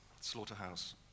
slaughterhouse